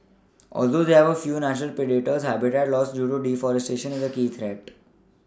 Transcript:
although they have few natural predators habitat loss due to deforestation is a key threat